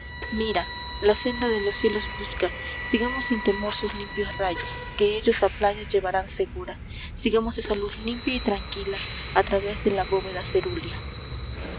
mira la senda de los cielos busca sigamos sin temor sus limpios rayos que ellos a playa llevarán segura sigamos esa luz limpia y tranquila a través de la bóveda cerúlea